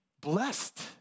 blessed